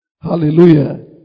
Hallelujah